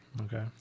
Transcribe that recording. okay